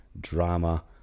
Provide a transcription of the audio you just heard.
drama